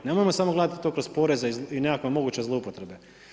Nemojmo samo gledati to kroz poreze i nekakve moguće zloupotrebe.